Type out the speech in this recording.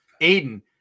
Aiden